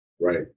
Right